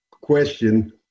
question